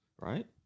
right